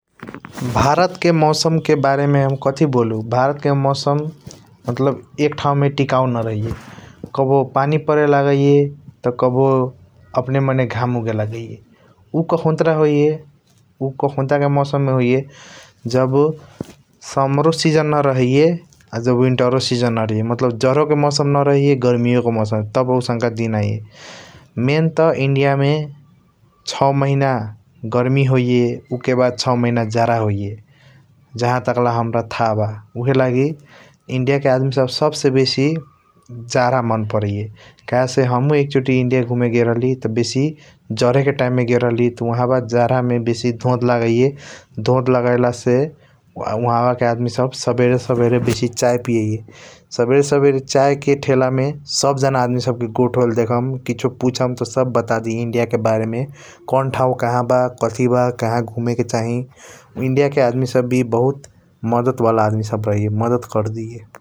भारत के मौसन के बरेमे हम कथी बोलू भारत के मौसम मतलब एक ठाऊ मे टिकाऊ न रहैया । काबों पनि पड़े लागैया त कबो अपने मने घंम लगे लागैया उ ककहूँतर होइया उ ककहूँतर मौसम मे होइया । जब समर सीजन न रहैया जब विन्टर सीजन वी न रहैया मतलब जड़ों के मौसम नरहैया गर्मियों के मौसम न रहैया । तब आउसनका दिन आइय मैन त इंडिया मे सौ महिना गर्मी होइया उके बाद सौ महिना जाड़ा होइया । जहा टाकला हाम्रा थाह बा उहएलागि इंडिया के आदमी सब सब से बेसी जाड़ा मन पारैया कहेसे । हमहू एकचोटी इंडिया घूमे गेल रहली त बेसी जाड़ा के टाइम मे गेल राहली त उहब जाड़ा मे बेसी धोंध लगाईया । धोध लगायल से उआहबा के आदमी सब सबेरे सबेरे बेसी चाय पियाईया सबेरे सबेरे चाय के ठेला मे सब जाना आदमी सब के गोट होयल देखम । कसियों पुसम त सब बतड़ी इंडिया के बारेमे कोण ठाऊ कहा बा कथी बा कहा घूमे के चाही इंडिया के आदमी सब वी बहुत मदत वाला आदमी सब रहैया मदत कर दीयए ।